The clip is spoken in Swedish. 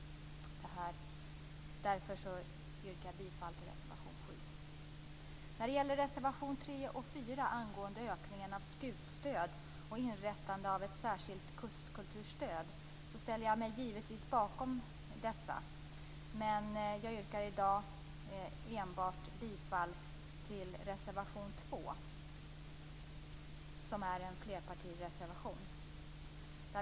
Därför yrkar jag bifall till reservation När det gäller reservationerna 3 och 4 angående en ökning av skutstödet och inrättande av ett särskilt kustkulturstöd ställer jag mig givetvis bakom dessa. Men jag yrkar i dag bifall till enbart reservation 2, som är en flerpartireservation.